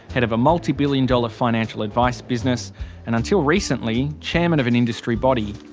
head of a multi-billion dollar financial advice business and until recently, chairman of an industry body.